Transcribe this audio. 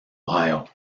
ohio